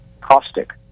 caustic